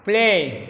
କିଏ